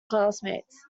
classmates